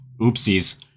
Oopsies